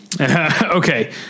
Okay